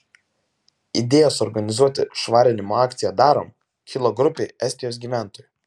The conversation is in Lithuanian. idėja suorganizuoti švarinimo akciją darom kilo grupei estijos gyventojų